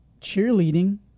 cheerleading